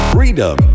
Freedom